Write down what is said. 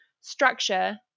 structure